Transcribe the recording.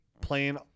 playing